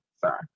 Sorry